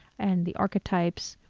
and the archetypes.